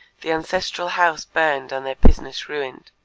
the ancestral house burned and their business ruined.